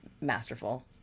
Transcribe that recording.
masterful